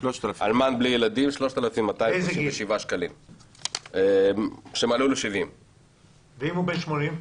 אלמן בלי ילדים 3,237 שקלים שמלאו לו 70. ואם הוא בן 80?